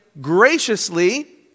graciously